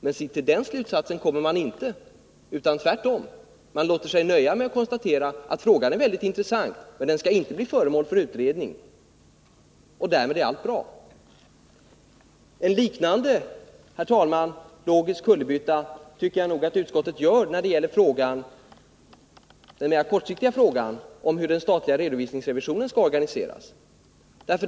Men till den slutsatsen kommer man inte. Tvärtom låter man sig nöja med att konstatera att frågan är väldigt intressant, men att den skall bli föremål för utredning — och därmed är allt bra. En liknande logisk kullerbytta gör utskottet, herr talman, när det gäller den mera kortsiktiga frågan om hur den statliga redovisningsrevisionen skall organiseras.